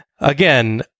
Again